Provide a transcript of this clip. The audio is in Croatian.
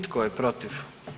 Tko je protiv?